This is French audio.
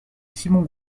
simon